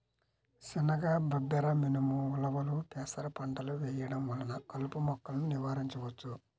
శనగ, బబ్బెర, మినుము, ఉలవలు, పెసర పంటలు వేయడం వలన కలుపు మొక్కలను నివారించవచ్చు